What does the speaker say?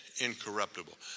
incorruptible